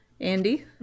Andy